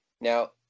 Now